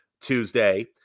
Tuesday